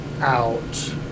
out